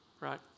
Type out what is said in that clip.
right